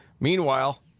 Meanwhile